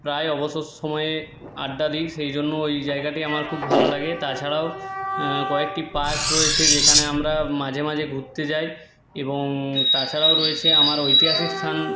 প্রায় অবসর সময়ে আড্ডা দিই সেই জন্য ওই জায়গাটি আমার খুব ভালো লাগে তাছাড়াও কয়েকটি পার্ক রয়েছে যেখানে আমরা মাঝে মাঝে ঘুরতে যাই এবং তাছাড়াও রয়েছে আমার ঐতিহাসিক স্থান